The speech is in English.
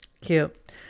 cute